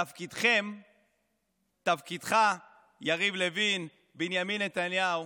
תפקידכם, תפקידך, יריב לוין, בנימין נתניהו,